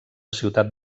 ciutat